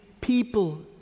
people